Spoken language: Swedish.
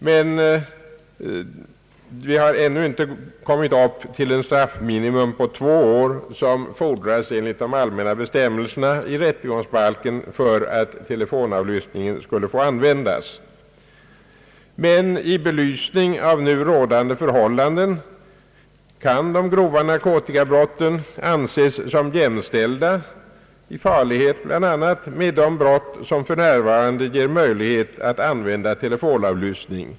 Vi har dock ännu inte kommit upp till ett straffminimum på två år som enligt de allmänna bestämmelserna i rättegångsbalken fordras för att telefonavlyssning skall få användas. I belysning av nu rådande förhållanden kan emellertid de grova narkotikabrotten anses som jämställda i fråga om farlighet bland annat med de brott som för närvarande ger möjlighet att använda telefonavlyssning.